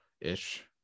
ish